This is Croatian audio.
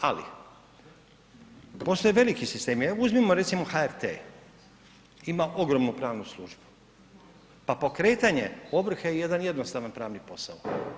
Ali postoje veliki sistemi, uzmimo recimo HRT, ima ogromnu pravnu službu pa pokretanje ovrhe je jedan jednostavan pravni posao.